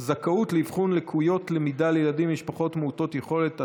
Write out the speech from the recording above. זכאות לאבחון לקויות למידה לילדים ממשפחות מעוטות יכולת,